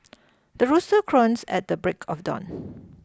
the rooster crows at the break of dawn